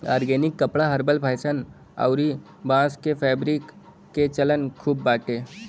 organic कपड़ा herbal fashion अउरी बांस के फैब्रिक के चलन खूब बाटे